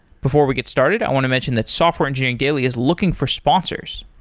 before we get started, i want to mention that software engineering daily is looking for sponsors.